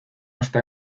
está